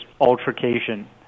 altercation